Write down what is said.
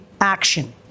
action